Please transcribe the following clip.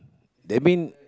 that mean